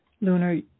Lunar